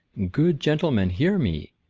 good gentlemen, hear me.